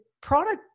product